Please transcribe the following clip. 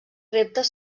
reptes